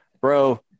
bro